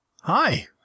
Hi